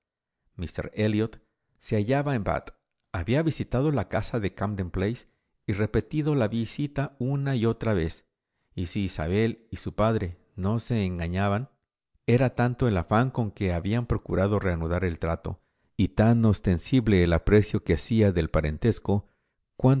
míster elliot se hallaba en bath había visitado la casa de camden place repetido la visita una y otra vez y si isabel y padre no se engañaban era tanto el afán con que había procurado reanudar el trato y tan ostensible el aprecio que hacía del parentesco